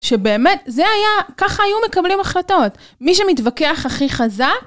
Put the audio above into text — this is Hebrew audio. שבאמת זה היה, ככה היו מקבלים החלטות, מי שמתווכח הכי חזק.